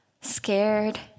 scared